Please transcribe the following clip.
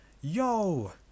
yo